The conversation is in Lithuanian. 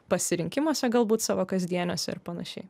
pasirinkimuose galbūt savo kasdieniuose ir panašiai